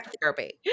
Therapy